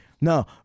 No